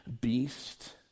beast